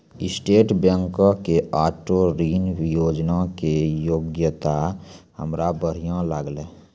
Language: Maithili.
स्टैट बैंको के आटो ऋण योजना के योजना हमरा बढ़िया लागलै